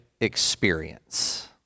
experience